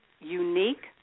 unique